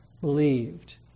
believed